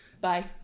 Bye